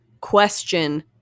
Question